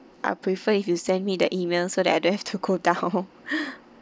I prefer if you send me the email so that I don't have to go down